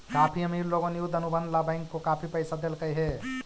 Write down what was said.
काफी अमीर लोगों ने युद्ध अनुबंध ला बैंक को काफी पैसा देलकइ हे